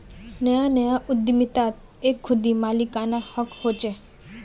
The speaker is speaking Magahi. नया नया उद्दमितात एक खुदी मालिकाना हक़ होचे